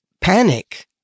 panic